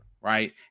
right